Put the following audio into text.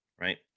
right